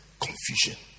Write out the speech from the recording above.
confusion